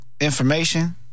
information